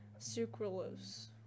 Sucralose